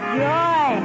joy